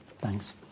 thanks